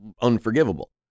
unforgivable